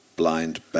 blind